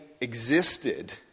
existed